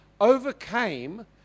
overcame